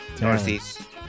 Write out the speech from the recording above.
Northeast